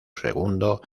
segundo